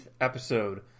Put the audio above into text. episode